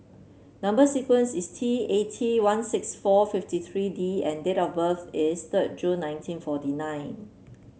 number sequence is T eighty one six four fifty three D and date of birth is third June nineteen forty nine